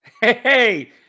Hey